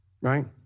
right